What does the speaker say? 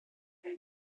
one